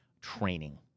training